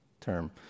term